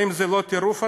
האם זה לא טירוף הדעת?